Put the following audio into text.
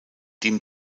dem